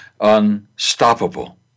unstoppable